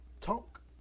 talk